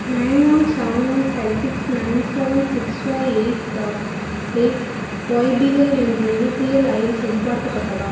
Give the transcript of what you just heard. nine one seven one five six nine seven six five eight dot eight YBL என்ற UPI ID சரிபார்க்கப்பட்டதா